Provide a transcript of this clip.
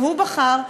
שהוא בחר,